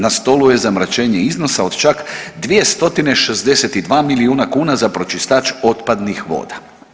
Na stolu je zamračenje iznosa od čak 262 milijuna kuna za pročistač otpadnih voda.